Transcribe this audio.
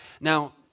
Now